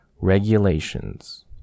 Regulations